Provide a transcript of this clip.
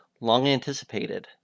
long-anticipated